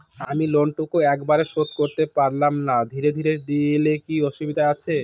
আমি লোনটুকু একবারে শোধ করতে পেলাম না ধীরে ধীরে দিলে কি অসুবিধে আছে?